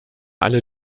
alle